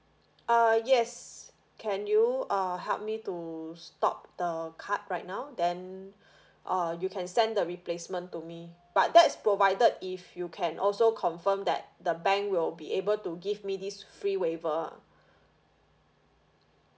err yes can you uh help me to stop the card right now then err you can send the replacement to me but that's provided if you can also confirm that the bank will be able to give me this free waiver